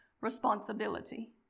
responsibility